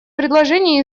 предложение